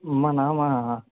मम नाम